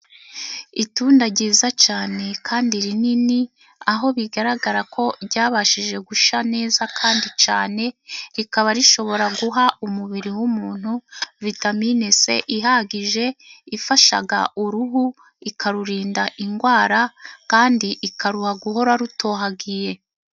Itunda ryiza cyane kandi rinini aho bigaragara ko ryabashije gusha neza kandi cyane, rikaba rishobora guha umubiri w'umuntu vitamine c bihagije. Ifasha uruhu ikarurinda indwara kandi ikaruha guhora rutohagiye.